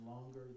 longer